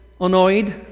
annoyed